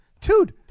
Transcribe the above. Dude